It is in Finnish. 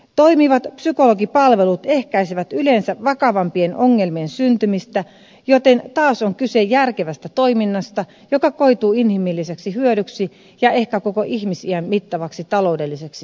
toimivat psykologipalvelut ehkäisevät yleensä vakavampien ongelmien syntymistä joten taas on kyse järkevästä toiminnasta joka koituu inhimilliseksi hyödyksi ja ehkä koko ihmisiän mittavaksi taloudelliseksi säästöksi